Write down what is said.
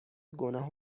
گناه